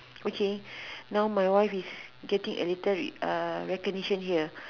okay now my wife is getting a little recognition here